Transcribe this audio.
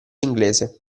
inglese